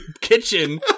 kitchen